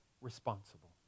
responsible